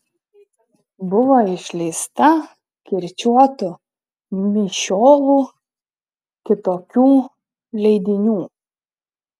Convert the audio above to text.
buvo išleista kirčiuotų mišiolų kitokių leidinių